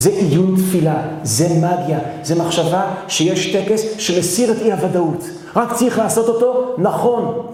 זה עיון תפילה, זה מגיה, זה מחשבה שיש טקס שמסיר את אי-הודאות. רק צריך לעשות אותו נכון.